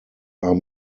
are